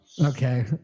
Okay